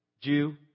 Jew